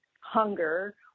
hunger